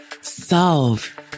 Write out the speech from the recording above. solve